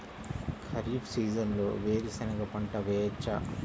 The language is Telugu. ఖరీఫ్ సీజన్లో వేరు శెనగ పంట వేయచ్చా?